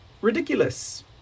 ridiculous